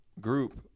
group